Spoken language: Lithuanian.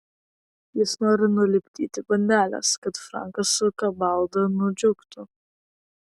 jis nori nulipdyti bandeles kad frankas su kabalda nudžiugtų